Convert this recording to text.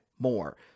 More